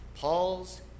Paul's